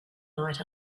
night